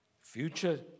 future